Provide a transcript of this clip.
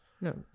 No